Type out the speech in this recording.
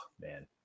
man